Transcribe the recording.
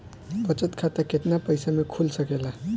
बचत खाता केतना पइसा मे खुल सकेला?